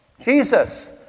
Jesus